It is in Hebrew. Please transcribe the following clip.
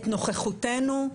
את נוכחותנו,